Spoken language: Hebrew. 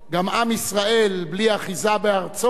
גם עם ישראל בלי אחיזה בארצו,